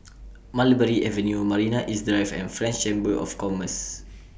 Mulberry Avenue Marina East Drive and French Chamber of Commerce